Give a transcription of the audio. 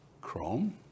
Chrome